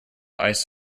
ice